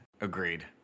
Agreed